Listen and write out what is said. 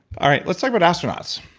all right. let's talk about astronauts.